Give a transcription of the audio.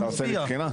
אתה עושה לי בחינה?